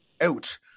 out